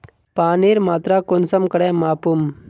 पानीर मात्रा कुंसम करे मापुम?